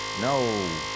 No